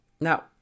Now